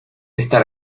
estar